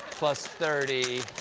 plus thirty.